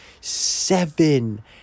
Seven